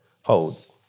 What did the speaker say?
holds